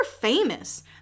famous